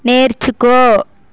నేర్చుకో